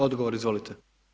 Odgovor izvolite.